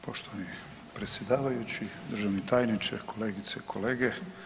Poštovani predsjedavajući, državni tajniče, kolegice i kolege.